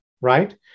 right